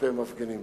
כלפי מפגינים.